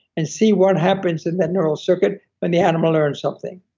and see what happens in that neural circuit when the animal learn something